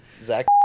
Zach